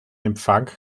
empfang